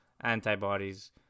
antibodies